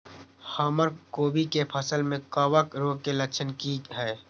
हमर कोबी के फसल में कवक रोग के लक्षण की हय?